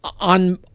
on